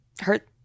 hurt